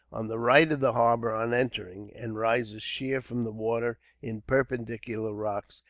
on the right of the harbour on entering and rises sheer from the water in perpendicular rocks,